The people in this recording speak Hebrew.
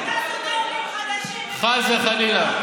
אתה שונא עולים חדשים מברית